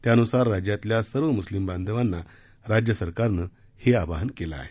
त्यानुसार राज्यातल्या सर्व मुस्लिम बांधवांना राज्य सरकारनं हे आवाहन केलं आहे